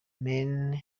men